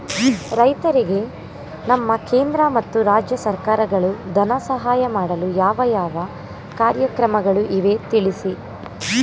ರೈತರಿಗೆ ನಮ್ಮ ಕೇಂದ್ರ ಮತ್ತು ರಾಜ್ಯ ಸರ್ಕಾರಗಳು ಧನ ಸಹಾಯ ಮಾಡಲು ಯಾವ ಯಾವ ಕಾರ್ಯಕ್ರಮಗಳು ಇವೆ ತಿಳಿಸಿ?